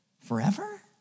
Forever